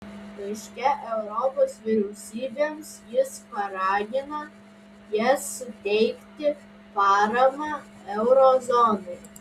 laiške europos vyriausybėms jis paragino jas suteikti paramą euro zonai